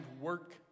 work